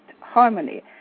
Harmony